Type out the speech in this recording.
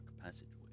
passageway